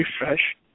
refresh